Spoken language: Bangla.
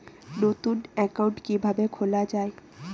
নতুন একাউন্ট কিভাবে খোলা য়ায়?